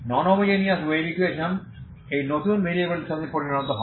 নন homogeneous wave equation এই নতুন ভেরিয়েবলের সাথে পরিণত হয়